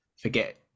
forget